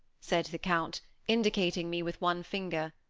said the count, indicating me with one finger.